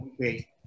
okay